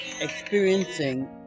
experiencing